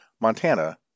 Montana